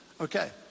okay